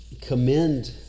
commend